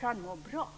kan må bra.